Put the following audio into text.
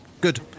Good